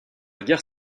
guerre